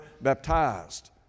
baptized